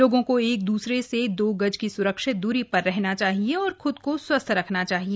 लोगों को एक दूसरे से दो गज की सुरक्षित दूरी पर रहना चाहिए और खुद को स्वस्थ रखना चाहिए